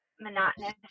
Monotonous